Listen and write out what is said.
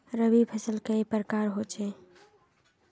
रवि फसल कई प्रकार होचे?